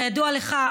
כידוע לך,